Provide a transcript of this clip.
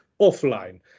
offline